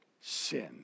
sin